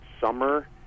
summer